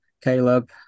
Caleb